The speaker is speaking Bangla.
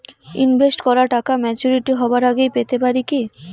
ইনভেস্ট করা টাকা ম্যাচুরিটি হবার আগেই পেতে পারি কি?